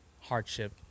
hardship